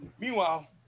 Meanwhile